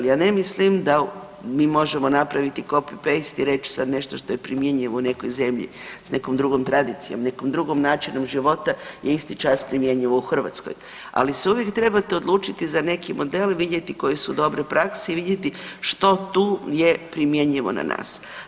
Ja ne mislim da možemo napraviti copy-paste i reći sad nešto što je primjenjivo u nekoj zemlji s nekom drugom tradicijom, nekim drugim načinom života je isti čas primjenjivo u Hrvatskoj, ali se uvijek trebate odlučiti za neki model, vidjeti koje su dobre prakse i vidjeti što tu je primjenjivo na nas.